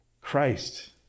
Christ